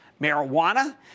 Marijuana